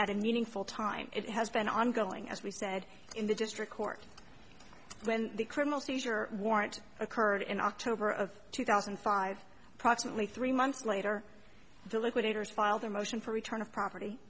at a meaningful time it has been ongoing as we said in the district court when the criminal seizure warrant occurred in october of two thousand and five approximately three months later the liquidators filed a motion for return of property